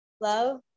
love